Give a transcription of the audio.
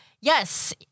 Yes